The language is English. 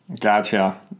Gotcha